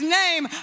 name